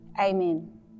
amen